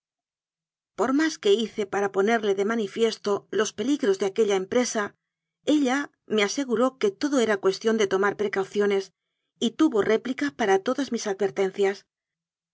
por más que hice para ponerle de manifiesto los peligros de aquella em presa ella me aseguró que todo era cuestión de tomar precauciones y tuvo réplica para todas mis advertencias